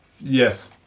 Yes